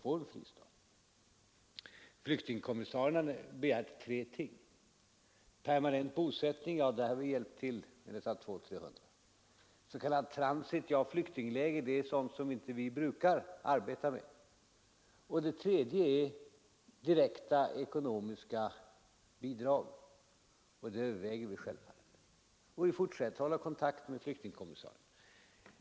Flyktingkommissarien har ställt tre önskemål. Det gällde för det första permanent bosättning, och på denna punkt hjälper vi till genom att ta emot 200-300 personer. Det gällde för det andra s. k transit, och beträffande detta vill jag säga att flyktingläger är sådant som vi inte brukar arbeta med. Det gällde för det tredje direkta ekonomiska bidrag, och detta överväger vi självfallet. Vi fortsätter också att hålla kontakt med flyktingkommissarien.